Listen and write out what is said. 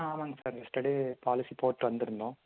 ஆ ஆமாம்ங்க sir yesterday policy போட்டு வந்துருந்தோம்